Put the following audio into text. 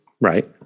Right